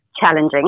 challenging